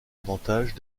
avantage